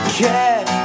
care